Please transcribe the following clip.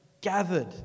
gathered